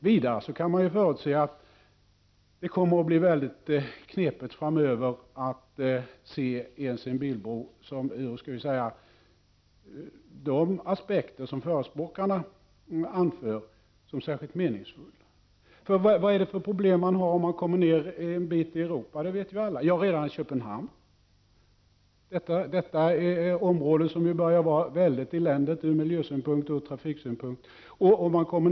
Vidare kan man förutse att det kommer att bli knepigt framöver att som särskilt meningsfull se en bilbro ens ur de aspekter som förespråkarna anför. Vad har vi för problem när vi kommer ner en bit i Europa — ja redan till Köpenhamn? Detta område börjar vara mycket eländigt ur miljöoch trafiksynpunkt.